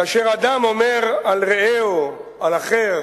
כאשר אדם אומר על רעהו, על אחר: